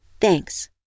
Thanks